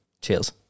cheers